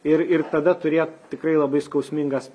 ir ir tada turėt tikrai labai skausmingas